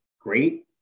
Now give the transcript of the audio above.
great